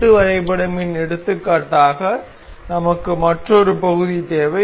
கூட்டு வரைபடமின் எடுத்துக்காட்டாக நமக்கு மற்றொரு பகுதி தேவை